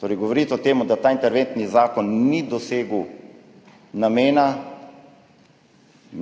Torej, govoriti o tem, da ta interventni zakon ni dosegel namena,